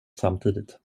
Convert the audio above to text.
samtidigt